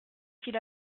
qu’il